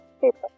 paper